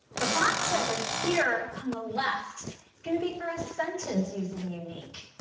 the box over here on the left is going to be for a sentence using unique.